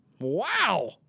Wow